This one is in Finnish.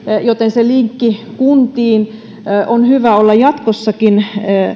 joten sen linkin kuntiin on hyvä olla jatkossakin